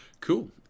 cool